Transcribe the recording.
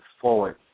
forward